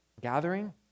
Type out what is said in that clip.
gathering